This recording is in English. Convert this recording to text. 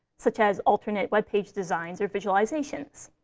such as alternate web page designs or visualizations.